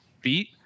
beat